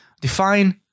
define